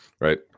right